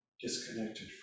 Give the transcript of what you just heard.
disconnected